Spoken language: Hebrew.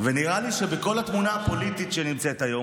ונראה לי שבכל התמונה הפוליטית שנמצאת היום,